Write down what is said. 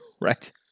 right